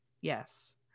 Yes